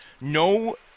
no